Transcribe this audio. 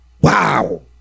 Wow